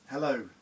Hello